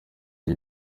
uyu